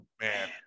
Man